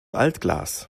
altglas